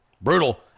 Brutal